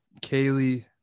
Kaylee